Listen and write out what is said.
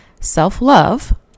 self-love